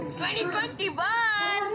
2021